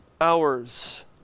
hours